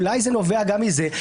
אולי זה נובע גם מזה.